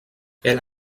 elle